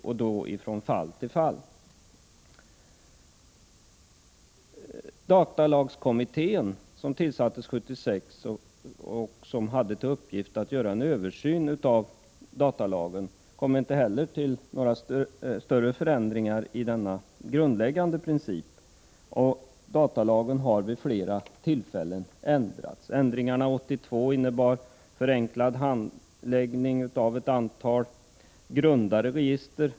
Datalagskommittén, som tillsattes 1976 och som hade till uppgift att göra en översyn av datalagen, kom inte fram till några större förändringar i denna grundläggande princip. Datalagen har ändrats vid flera tillfällen. Ändringarna 1982 innebar en förenklad handläggning av ett antal grundade register.